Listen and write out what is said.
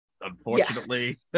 unfortunately